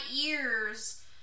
ears